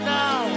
now